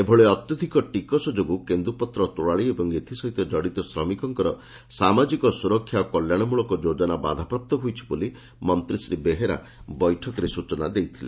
ଏଭଳି ଅତ୍ୟଧିକ ଟିକସ ଯୋଗୁଁ କେନ୍ଦୁପତ୍ର ତୋଳାଳି ଏବଂ ଏଥିସହିତ ଜଡ଼ିତ ଶ୍ରମିକଙ୍କର ସାମାଜିକ ସୁରକ୍ଷା ଓ କଲ୍ୟାଶମଳକ ଯୋଜନା ବାଧାପ୍ରାପ୍ତ ହୋଇଛି ବୋଲି ମନ୍ତୀ ଶ୍ରୀ ବେହେରା ବୈଠକରେ ସ୍ୟଚନା ଦେଇଥିଲେ